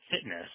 Fitness